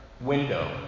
window